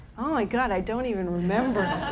like ah and i don't even remember.